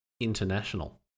international